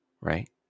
Right